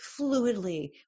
fluidly